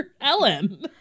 Ellen